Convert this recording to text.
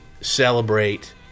celebrate